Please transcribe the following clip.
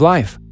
Life